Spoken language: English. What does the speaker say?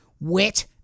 wet